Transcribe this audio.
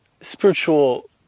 spiritual